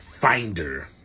finder